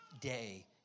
day